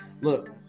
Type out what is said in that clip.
Look